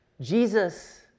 Jesus